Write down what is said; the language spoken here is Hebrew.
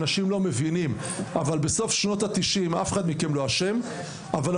אנשים לא מבינים, בסוף שנות התשעים אף אחד מכם לא אשם האוניברסיטאות